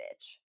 bitch